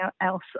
else